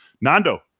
Nando